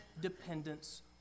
dependence